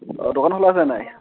অঁ দোকান খোলা আছে নে নাই